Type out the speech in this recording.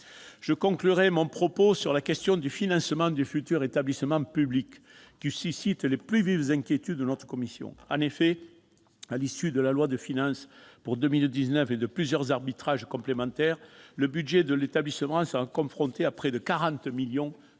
Je conclurai mon propos par la question du financement du futur établissement public, qui suscite les plus vives inquiétudes de notre commission. En effet, à l'issue de la loi de finances pour 2019 et de plusieurs arbitrages complémentaires, le budget de l'établissement sera confronté à près de 40 millions d'euros